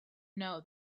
know